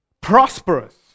prosperous